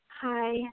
Hi